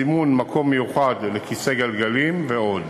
סימון מקום מיוחד לכיסא גלגלים ועוד.